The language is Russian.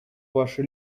ваше